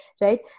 right